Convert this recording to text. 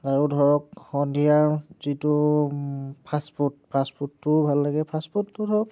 আৰু ধৰক সন্ধিয়াৰ যিটো ফাষ্ট ফুড ফাষ্ট ফুডটো ভাল লাগে ফাষ্ট ফুডটো ধৰক